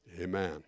Amen